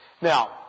Now